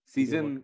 Season